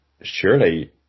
surely